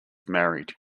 married